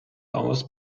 hours